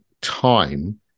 time